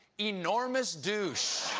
enormous douche.